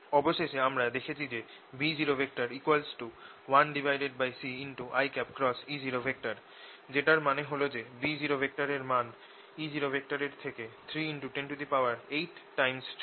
অবশেষে আমরা দেখেছি যে B01C যেটার মানে হল যে B0 র মান E0 র থেকে 3×108 টাইমস ছোট